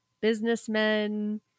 businessmen